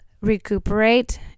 recuperate